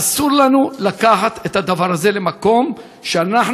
אסור לנו לקחת את הדבר הזה למקום שאנחנו,